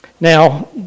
Now